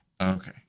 Okay